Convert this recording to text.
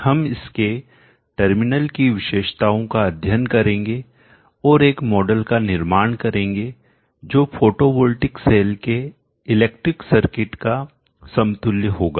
हम इसके टर्मिनल की विशेषताओं का अध्ययन करेंगे और एक मॉडल का निर्माण करेंगे जो फोटोवॉल्टिक सेल के इलेक्ट्रिक सर्किट का समतुल्य होगा